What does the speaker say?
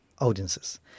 audiences